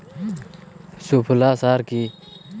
সুফলা সার কি?